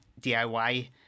DIY